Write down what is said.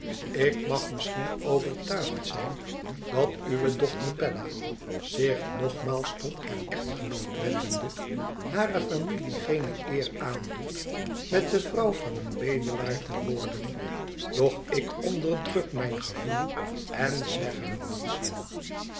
ik mag misschien overtuigd zijn dat uwe dochter bella zich nogmaals tot haar echtgenoot wendende hare familie geene eer aandoet met de vrouw van een bedelaar te worden doch ik onderdruk mijn gevoel en zeg er niets van